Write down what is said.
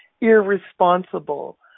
irresponsible